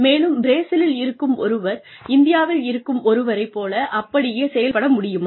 மேலும் பிரேசிலில் இருக்கும் ஒருவர் இந்தியாவில் இருக்கும் ஒருவரை போல அப்படியே செயல்பட முடியுமா